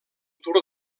tour